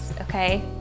okay